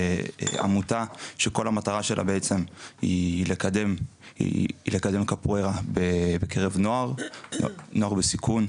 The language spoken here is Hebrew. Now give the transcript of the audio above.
עמותה שכל המטרה שלה בעצם היא לקדם קפוארה בקרב נוער בסיכון,